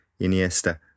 Iniesta